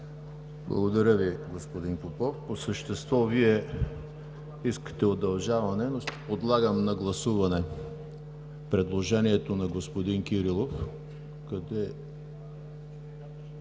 Благодаря Ви, господин Попов. По същество Вие искате удължаване. Подлагам на гласуване предложението на господин Кирилов за